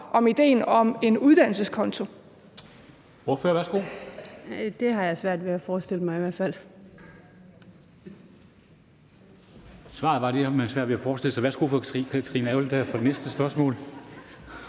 om ideen om en uddannelseskonto?